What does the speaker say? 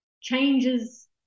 changes